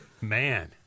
Man